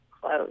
close